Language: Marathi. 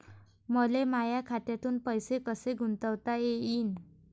मले माया खात्यातून पैसे कसे गुंतवता येईन?